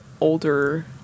older